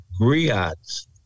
griots